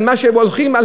על מה שהם הולכים,